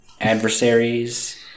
adversaries